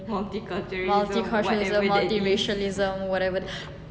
multiculturalism multi racialism whatever